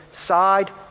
side